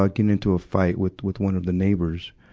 ah getting into a fight with, with one of the neighbors,